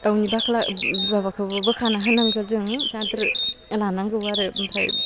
दाउनि बाख्ला माबाखौबो बोखाना होनांगौ जों आदोर लानांगौ आरो ओमफ्राय